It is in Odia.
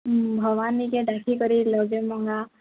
ହୁଁ ଭବାନୀ କେ ଡାକି କରି ଲଗେଇମଗା